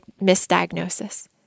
misdiagnosis